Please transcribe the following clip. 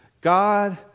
God